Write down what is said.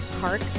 park